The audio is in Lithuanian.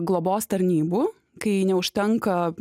globos tarnybų kai neužtenka